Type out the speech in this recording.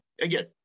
again